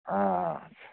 آ آ